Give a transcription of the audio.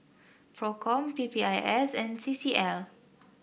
Procom P P I S and C C L